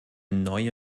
neue